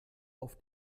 auf